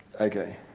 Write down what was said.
Okay